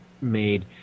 made